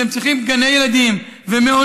שהם צריכים גני ילדים ומעונות,